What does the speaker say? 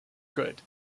good